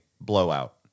blowout